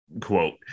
quote